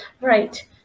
Right